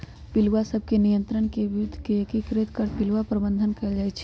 पिलुआ सभ के नियंत्रण के विद्ध के एकीकृत कर पिलुआ प्रबंधन कएल जाइ छइ